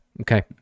okay